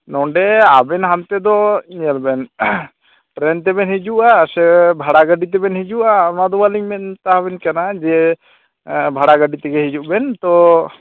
ᱱᱚᱰᱮ ᱟᱵᱮᱱ ᱦᱟᱱᱛᱮ ᱫᱚ ᱧᱮᱞ ᱵᱮᱱ ᱴᱨᱮᱱ ᱛᱮᱵᱮᱱ ᱦᱤᱡᱩᱜᱼᱟ ᱥᱮ ᱵᱷᱟᱲᱟ ᱜᱟᱹᱰᱤ ᱛᱮᱵᱮᱱ ᱦᱤᱡᱩᱜᱼᱟ ᱚᱱᱟ ᱫᱚ ᱵᱟᱞᱤᱧ ᱢᱮᱛᱟ ᱵᱮᱱ ᱠᱟᱱᱟ ᱡᱮ ᱵᱷᱟᱲᱟ ᱜᱟᱹᱰᱤ ᱛᱮᱜᱮ ᱦᱤᱡᱩᱜ ᱵᱮᱱ ᱛᱳ